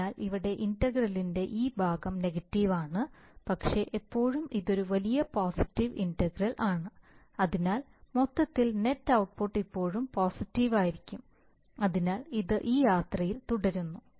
അതിനാൽ ഇവിടെ ഇന്റഗ്രലിന്റെ ഈ ഭാഗം നെഗറ്റീവ് ആണ് പക്ഷേ ഇപ്പോഴും ഇത് ഒരു വലിയ പോസിറ്റീവ് ഇന്റഗ്രൽ ആണ് അതിനാൽ മൊത്തത്തിലുള്ള നെറ്റ് ഔട്ട്പുട്ട് ഇപ്പോഴും പോസിറ്റീവ് ആയിരിക്കാം അതിനാൽ ഇത് ഈ യാത്രയിൽ തുടരുന്നു